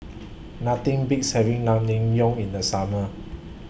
Nothing Beats having Naengmyeon in The Summer